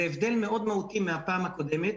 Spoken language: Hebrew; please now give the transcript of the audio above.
זה הבדל מאוד מהותי מהפעם הקודמת.